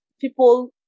people